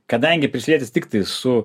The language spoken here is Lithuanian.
kadangi prisilietęs tiktai su